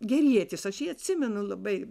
gerietis aš jį atsimenu labai